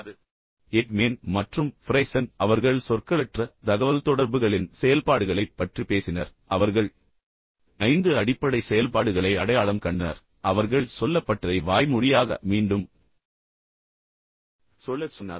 எனவே எக்மேன் மற்றும் ஃப்ரைசன் அவர்கள் சொற்களற்ற தகவல்தொடர்புகளின் செயல்பாடுகளைப் பற்றி பேசினர் மேலும் அவர்கள் ஐந்து அடிப்படை செயல்பாடுகளை அடையாளம் கண்டனர் அவர்கள் சொல்லப்பட்டதை வாய்மொழியாக மீண்டும் சொல்லச் சொன்னார்கள்